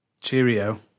cheerio